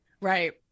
Right